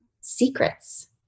secrets